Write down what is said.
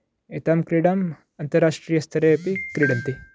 एतां क्रीडां अन्तराष्ट्रीयस्तरेऽपि क्रीडन्ति